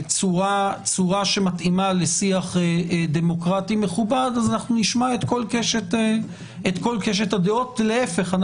ובצורה שמתאימה לשיח דמוקרטי מכובד אז נשמע את כל קשת הדעות ולהפך,